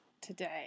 today